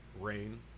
Rain